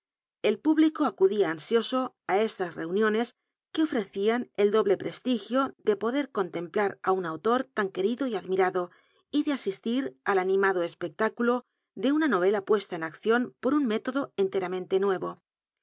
el público acud ia ansioso t estas reuniones que ofrecían el doble prestigio de poder con t cmpl r á un autor tan querido y admirado y de asistir al animado especlúc ulo de una norela puesta en acciou por un método enteramente nuevo